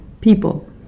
people